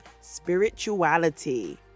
spirituality